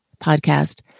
podcast